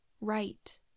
right